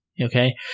Okay